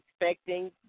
expecting